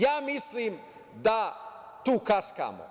Ja mislim da tu kaskamo.